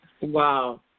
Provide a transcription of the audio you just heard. Wow